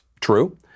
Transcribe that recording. true